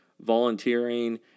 volunteering